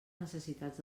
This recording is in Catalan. necessitats